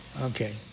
Okay